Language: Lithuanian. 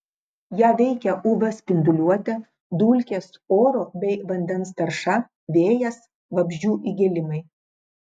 ją veikia uv spinduliuotė dulkės oro bei vandens tarša vėjas vabzdžių įgėlimai